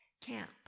camp